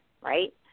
right